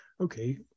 okay